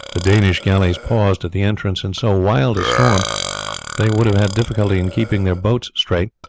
the danish galleys paused at the entrance. in so wild a storm they would have had difficulty in keeping their boats straight,